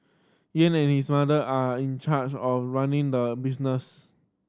Ying and his mother are in charge of running the business